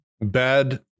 bad